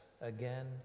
again